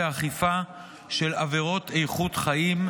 התשפ"ה 2024,